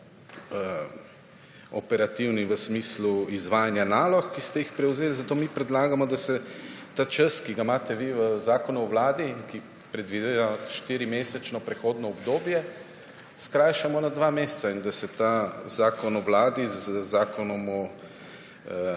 operativni v smislu izvajanja nalog, ki ste jih prevzeli. Zato mi predlagamo, da se ta čas, ki ga imate vi v Zakonu o Vladi, ki predvideva 4-mesečno prehodno obdobje, skrajša na dva meseca in da se ta Zakon o Vladi z zakonom o